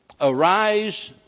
arise